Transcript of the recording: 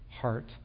heart